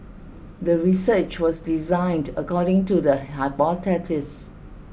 the research was designed according to the hypothesis